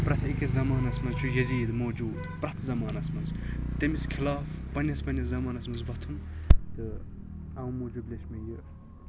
پرٮ۪تھ أکِس زَمانَس مَنٛز چھُ یزیٖد موجود پرٮ۪تھ زَمانَس مَنٛز تٔمِس خٕلاف پَننِس پَننِس زَمانَس مَنٛز ووٚتھُن تہٕ اَو موٗجوب لیٚچھ مےٚ یہِ